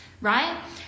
right